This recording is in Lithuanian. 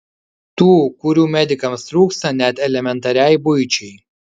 tų kurių medikams trūksta net elementariai buičiai